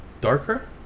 darker